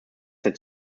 that